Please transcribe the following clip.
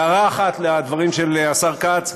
הערה אחת לדברים של השר כץ,